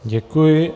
Děkuji.